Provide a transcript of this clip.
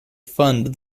fund